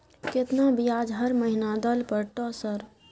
केतना ब्याज हर महीना दल पर ट सर?